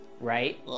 Right